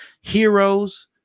Heroes